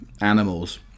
animals